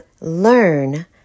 learn